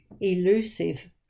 elusive